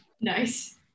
Nice